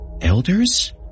Elders